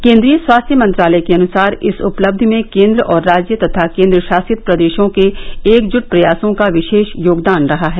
केन्द्रीय स्वास्थ्य मंत्रालय के अनुसार इस उपलब्धि में केन्द्र और राज्य तथा केन्द्रशासित प्रदेशों के एकजुट प्रयासों का विशेष योगदान रहा है